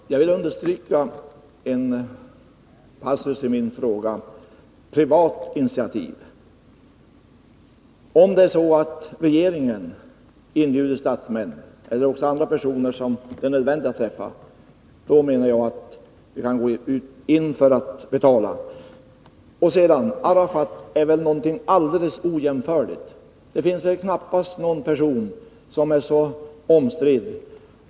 Herr talman! Jag vill understryka en passus i min fråga: ”på privat initiativ”. Ja, om det är så att regeringen inbjuder statsmän eller andra personer, som det är nödvändigt att träffa, menar jag att vi kan gå in för att betala. Vidare: Personen Arafat är väl någonting alldeles ojämförligt. Det finns väl knappast någon person som är så omstridd.